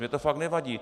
Mně to fakt nevadí.